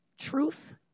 Truth